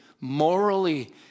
morally